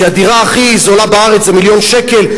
כשהדירה הכי זולה בארץ זה מיליון שקל,